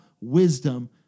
wisdom